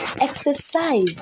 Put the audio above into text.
exercise